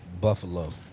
Buffalo